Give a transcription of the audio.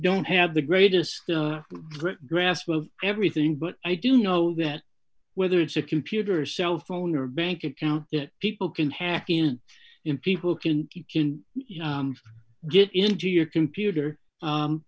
don't have the greatest grip grasp of everything but i do know that whether it's a computer or cell phone or a bank account that people can hack in him people can you can get into your computer